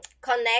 connect